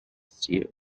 seer